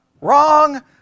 wrong